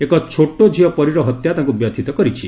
ଏକ ଛୋଟ ଝିଅ ପରୀର ହତ୍ୟା ତାଙ୍କୁ ବ୍ୟଥିତ କରିଛି